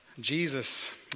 Jesus